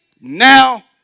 Now